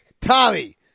Tommy